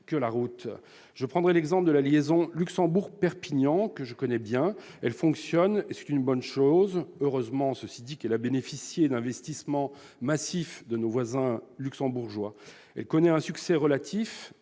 que la route. Je prendrai l'exemple de la liaison Luxembourg-Perpignan, que je connais bien. Elle fonctionne, et c'est une bonne chose ; heureusement, cela dit, qu'elle a bénéficié d'investissements massifs de nos voisins luxembourgeois ... Elle connaît un succès « relatif